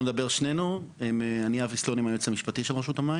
סלונים, היועץ המשפטי של רשות המים.